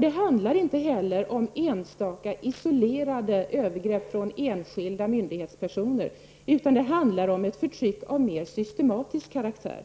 Det handlar inte om enstaka isolerade övergrepp från enskilda myndighetspersoner, utan det handlar om ett förtryck av mer systematisk karaktär.